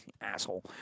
Asshole